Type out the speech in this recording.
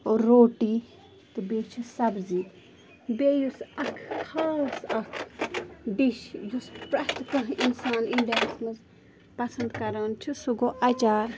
اور روٹی تہٕ بیٚیہِ چھِ سبزی بیٚیہِ یُس اَکھ خاص اَکھ ڈِش یُس پرٛٮ۪تھ کانٛہہ اِنسان اِنڈیاہَس منٛز پَسَنٛد کَران چھُ سُہ گوٚو اَچار